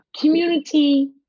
community